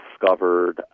discovered